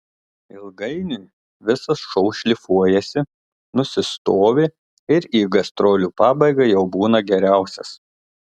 ilgainiui visas šou šlifuojasi nusistovi ir į gastrolių pabaigą jau būna geriausias